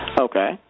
Okay